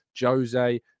Jose